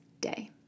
day